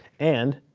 and